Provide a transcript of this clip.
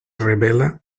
revela